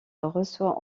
reçoit